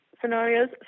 scenarios